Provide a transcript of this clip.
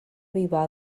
avivar